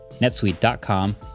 netsuite.com